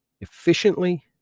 efficiently